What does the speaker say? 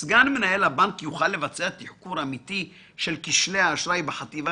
סגן מנהל הבנק יוכל לבצע תחקור אמיתי של כשלי האשראי בחטיבה